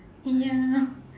ya